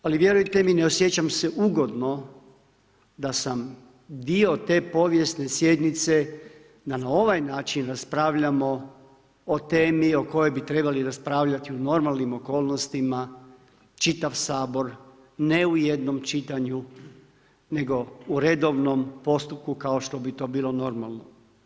Ali vjerujte mi, ne osjećam se ugodno da sam dio te povijesne sjednice da na ovaj način raspravljamo o temi o kojoj bi trebali raspravljati u normalnim okolnostima, čitav Sabor, ne u jednom čitanju nego u redovnom postupku kao što bi to bilo normalno.